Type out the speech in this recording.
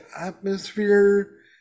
atmosphere